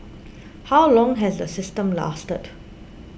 how long has the system lasted